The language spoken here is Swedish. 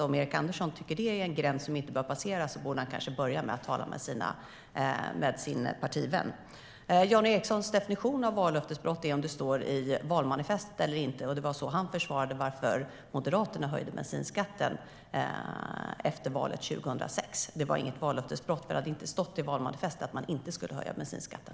Om Erik Andersson tycker att det är en gräns som inte bör passeras kanske han borde börja med att tala med sin partivän. Jan Ericsons definition av vallöftesbrott är om det står i valmanifestet eller inte. Det var så han försvarade varför Moderaterna höjde bensinskatten efter valet 2006. Det var inget vallöftesbrott, för det stod inte i valmanifestet att man inte skulle höja bensinskatten.